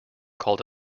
called